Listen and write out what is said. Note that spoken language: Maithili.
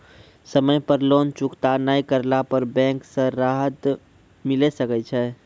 समय पर लोन चुकता नैय करला पर बैंक से राहत मिले सकय छै?